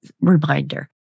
reminder